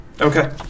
Okay